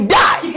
die